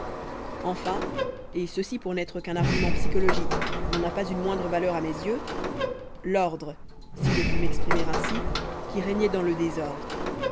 enfin et ceci pour n'être qu'un argument psychologique n'en a pas une moindre valeur à mes yeux l'ordre si je puis m'exprimer ainsi qui régnait dans le désordre